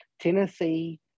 Tennessee